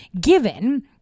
given